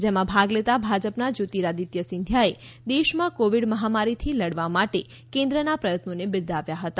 જેમાં ભાગ લેતા ભાજપના જ્યોતિરાદિત્ય સીંધીયાએ દેશમાં કોવિડ મહામારીથી લડવા માટે કેન્દ્રના પ્રયત્નોને બિરદાવ્યા હતા